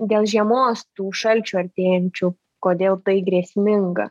dėl žiemos tų šalčių artėjančių kodėl tai grėsminga